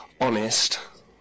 honest